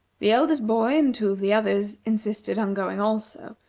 the eldest boy and two of the others insisted on going also,